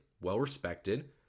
Well-respected